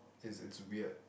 it's it's weird